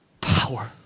power